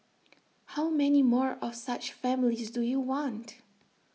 how many more of such families do you want